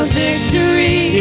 victory